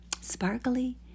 sparkly